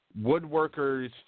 Woodworkers